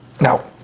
now